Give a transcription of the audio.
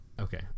okay